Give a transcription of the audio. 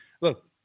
look